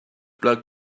plaque